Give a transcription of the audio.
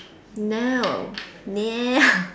no no